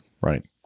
Right